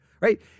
right